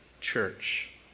church